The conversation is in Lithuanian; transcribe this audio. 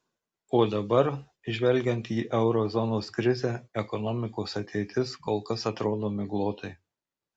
o dabar žvelgiant į euro zonos krizę ekonomikos ateitis kol kas atrodo miglotai